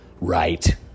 right